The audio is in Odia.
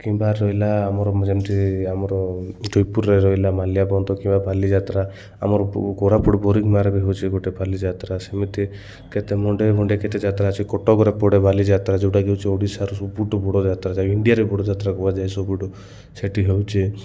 କିମ୍ବା ରହିଲା ଆମର ଯେମିତି ଆମର ଜୟପୁରରେ ରହିଲା ମାଲ୍ୟବନ୍ତ କିମ୍ବା ବାଲିଯାତ୍ରା ଆମର କୋରାପୁଟ ବୋରିଗୁମାରେ ବି ହଉଛି ଗୋଟେ ବାଲିଯାତ୍ରା ସେମିତି କେତେ ମଣ୍ଡେଇରେ କେତେ ଯାତ୍ରା ଅଛି କଟକର ପଡ଼େ ବାଲିଯାତ୍ରା ଯେଉଁଟାକି ହଉଛି ଓଡ଼ିଶାର ସବୁଠୁ ବଡ଼ ଯାତ୍ରା ଯାହାକି ଇଣ୍ଡିଆରେ ବଡ଼ ଯାତ୍ରା କୁହାଯାଏ ସବୁଠୁ ସେଠି ହଉଛି